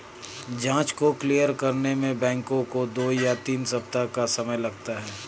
जाँच को क्लियर करने में बैंकों को दो या तीन सप्ताह का समय लगता है